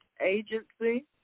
Agency